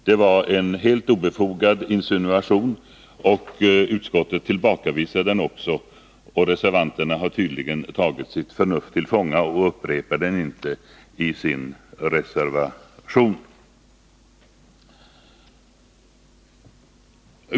Det var en alldeles obefogad insinuation, som också tillbakavisats av utskottet, och reservanterna har tydligen tagit sitt förnuft till fånga och upprepar den inte i sin skrivning.